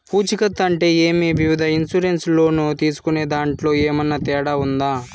పూచికత్తు అంటే ఏమి? వివిధ ఇన్సూరెన్సు లోను తీసుకునేదాంట్లో ఏమన్నా తేడా ఉందా?